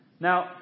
Now